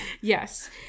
Yes